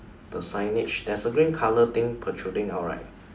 the signage there is a green colour thing protruding out right